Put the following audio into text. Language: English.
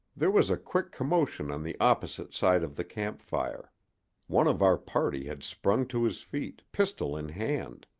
there was a quick commotion on the opposite side of the campfire one of our party had sprung to his feet, pistol in hand.